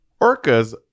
orcas